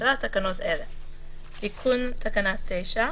פעילות והוראות נוספות) (תיקון מס' 13),